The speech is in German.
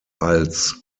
als